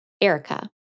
Erica